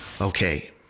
Okay